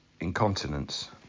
incontinence